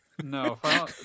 No